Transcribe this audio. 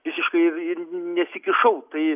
visiškai ir nesikišau tai